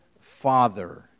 Father